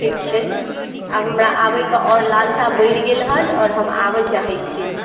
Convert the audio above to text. ठीक छै आब हमरा आबे के आओर लालसा बढ़ि गेल हन आओर हम आबऽ चाहै छी